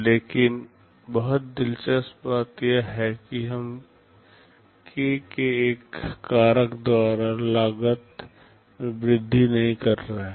लेकिन बहुत दिलचस्प बात यह है कि हम k के एक कारक द्वारा लागत में वृद्धि नहीं कर रहे हैं